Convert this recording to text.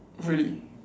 really